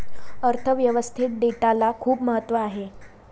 अर्थ व्यवस्थेत डेटाला खूप महत्त्व आहे